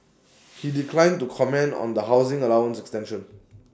he declined to comment on the housing allowance extension